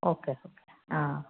okay okay um